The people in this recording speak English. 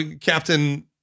Captain